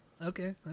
okay